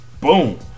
boom